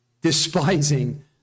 despising